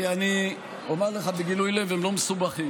כי אני אומר לך בגילוי לב, הם לא מסובכים.